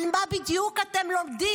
על מה בדיוק אתם לומדים?